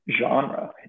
genre